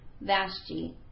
Vashti